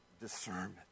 discernment